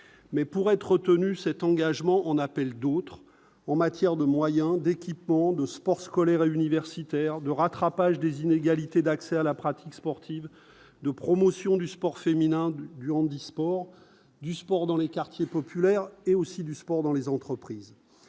mais pour être tenu cet engagement en appelle d'autres, en matière de moyens d'équipements de sport scolaire et universitaire de rattrapage des inégalités d'accès à la pratique sportive de promotion du sport féminin du handisport du sport dans les quartiers populaires et aussi du sport dans les entreprises,